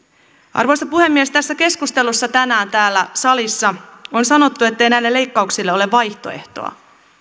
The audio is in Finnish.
arvoisa puhemies tässä keskustelussa tänään täällä salissa on sanottu ettei näille leikkauksille ole vaihtoehtoa